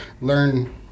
learn